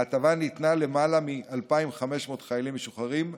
ההטבה ניתנה ללמעלה מ-2,500 חיילים משוחררים בודדים.